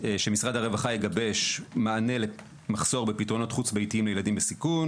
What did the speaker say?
שמשרד הרווחה יגבש מענה למחסור בפתרונות חוץ ביתיים לילדים בסיכון,